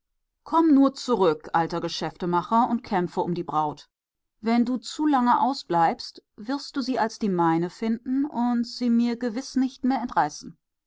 komm nur zurück alter geschäftemacher und kämpfe um die braut wenn du zu lange ausbleibst wirst du sie als die meine finden und sie mir gewiß nicht mehr entreißen